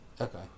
Okay